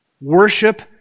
worship